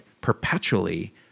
perpetually